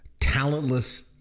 talentless